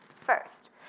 first